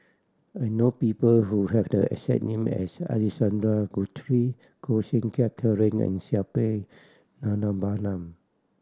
I know people who have the exact name as Alexander Guthrie Koh Seng Kiat Terence and Suppiah Dhanabalan